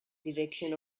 direction